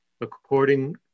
according